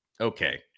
Okay